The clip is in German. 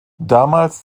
damals